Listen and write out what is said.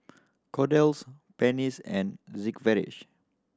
Kordel's Pansy and Sigvaris